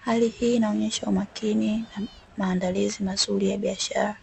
hali hii inaonyesha umakini, na maandalizi mazuri ya biashara.